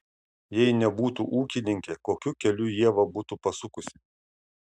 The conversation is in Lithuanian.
jei nebūtų ūkininkė kokiu keliu ieva būtų pasukusi